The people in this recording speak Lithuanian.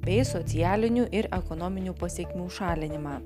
bei socialinių ir ekonominių pasekmių šalinimą